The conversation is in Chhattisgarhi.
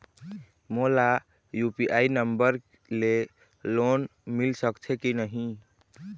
मोला यू.पी.आई नंबर ले लोन मिल सकथे कि नहीं?